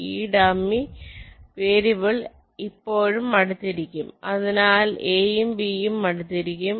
ഈ dummy variable ഇപ്പോഴും അടുത്തിരിക്കുംഅതിനാൽ A ഉം B ഉം അടുത്തിരിക്കും